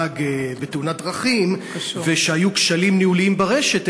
בתאונת דרכים והיו כשלים ניהוליים ברשת,